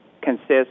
consists